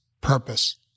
purpose